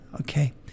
Okay